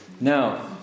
Now